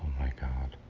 my god.